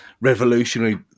revolutionary